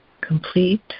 complete